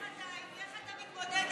איך אתה מתמודד,